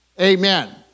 amen